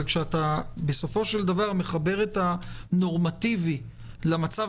אבל כשבסופו של דבר מחבר את הנורמטיבי למצב